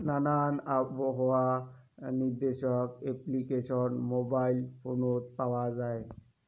নানান আবহাওয়া নির্দেশক অ্যাপ্লিকেশন মোবাইল ফোনত পাওয়া যায়